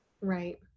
Right